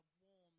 warm